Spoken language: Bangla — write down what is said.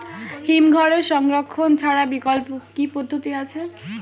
হিমঘরে সংরক্ষণ ছাড়া বিকল্প কি পদ্ধতি আছে?